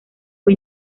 fue